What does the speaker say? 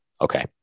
okay